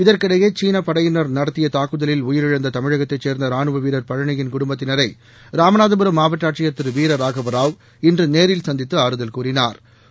இதற்கிடையே சீன படையினர் நடத்திய தாக்குதலில் உயிரிழந்த தமிழகத்தைச் சேர்ந்த ரானுவ வீரர் பழனியின் குடும்பத்தினரை ராமநாதபுரம் மாவட்ட ஆட்சியர் திரு வீர ராகவராவ் இன்று நேரில் சந்தித்து ஆறுதல் கூறினா்